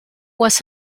was